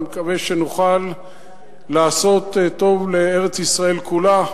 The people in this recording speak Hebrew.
אני מקווה שנוכל לעשות טוב לארץ-ישראל כולה,